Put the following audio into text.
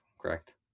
Correct